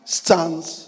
stands